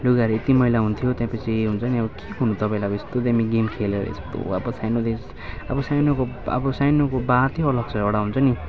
लुगाहरू यति मैला हुन्थ्यो त्यसपछि हुन्छ नि अब के भन्नु तपाईँलाई अब यस्तो दामी गेम खेलेर यस्तो अब सानोदेखि अब सानोको अब सानोको बातै अलग छ एउटा हुन्छ नि